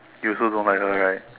you also don't like her right